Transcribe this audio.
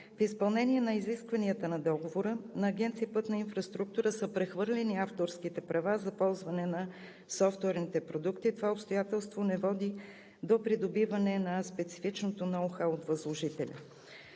В изпълнение на изискванията на договора на Агенция „Пътна инфраструктура“ са прехвърлени авторските права за ползване на софтуерните продукти. Това обстоятелство не води до придобиване на специфичното ноу-хау от възложителя.